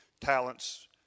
talents